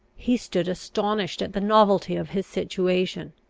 he stood astonished at the novelty of his situation.